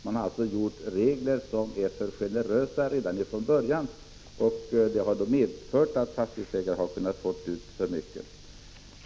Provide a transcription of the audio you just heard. Man har skapat regler som är för generösa redan från början. Det har då medfört att fastighetsägare har kunnat få ut för mycket.